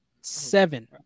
Seven